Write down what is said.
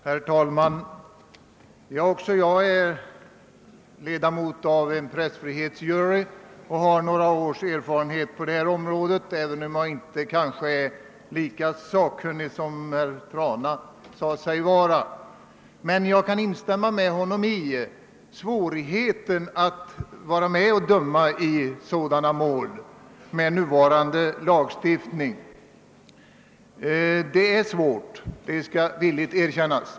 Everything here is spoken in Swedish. Herr talman! Också jag är ledamot av en pessfrihetsjury och har några års erfarenheter på detta område — även om jag kanske inte är lika sakkunnig som herr Trana sade sig vara. Jag kan instämma i hans uppfattning beträffande svårigheten att vara med :och döma i sådana mål med nuvarande lagstiftning. Det är svårt — det .skall villigt erkännas.